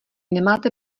nemáte